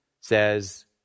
says